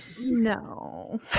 No